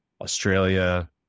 Australia